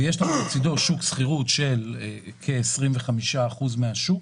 ולצידו שוק שכירות שמהווה כ25% מהשוק.